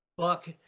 fuck